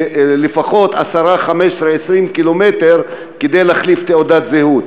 לפחות 10, 15, 20 קילומטר כדי להחליף תעודת זהות.